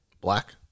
Black